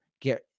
get